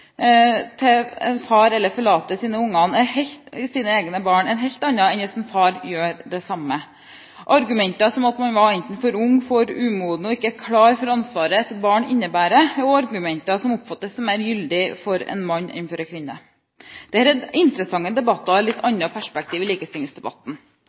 til en far eller forlater sine egne barn, er en helt annen enn hvis en far gjør det samme. Argumenter som at man enten er for ung, for umoden eller ikke klar for ansvaret som et barn innebærer, er også argumenter som oppfattes som mer gyldige for en mann enn for en kvinne. Dette er interessante debatter og gir et litt